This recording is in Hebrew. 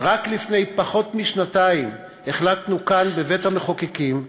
רק לפני פחות משנתיים החלטנו כאן, בבית-המחוקקים,